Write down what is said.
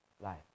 life